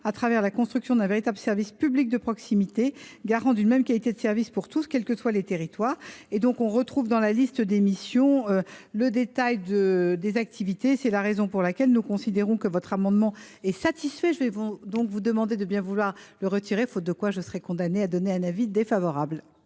au travers de la construction d’un véritable service public de proximité, garant d’une même qualité de service pour tous, quels que soient les territoires. On retrouve dans la liste des missions le détail des activités. C’est la raison pour laquelle nous considérons que cet amendement est satisfait, madame la sénatrice. Je vous demande donc de bien vouloir le retirer. À défaut, je me verrai contrainte d’émettre un avis défavorable.